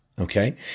okay